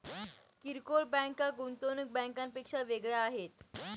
किरकोळ बँका गुंतवणूक बँकांपेक्षा वेगळ्या आहेत